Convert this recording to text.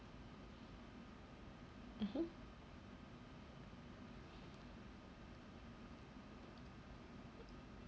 mmhmm